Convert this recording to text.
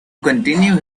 continue